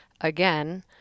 again